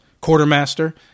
quartermaster